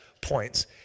points